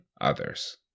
others